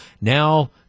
now